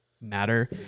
matter